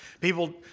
People